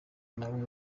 nawe